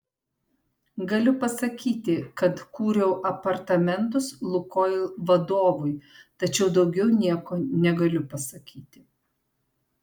galiu pasakyti kad kūriau apartamentus lukoil vadovui tačiau daugiau nieko negaliu pasakyti